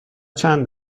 چند